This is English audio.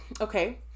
okay